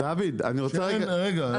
דוד אני רוצה רגע.